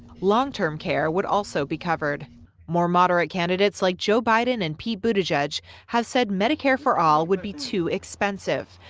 long-term care would also be covered more moderate candidates like joe biden and pete buttigieg have said medicare for all would be too expensive.